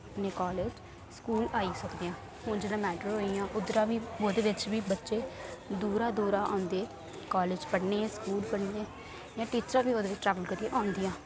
अपने college school आई सकने आं हुन जि'यां मैटाडोरां होइयां उद्धरा ओह्दे बिच बी बच्चे दूरा दूरा आंदे कालेज पढ़ने स्कूल पढ़ने जां टीचरां बी ओह्दे बिच ट्रैवेल करियै औंदियां